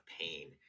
pain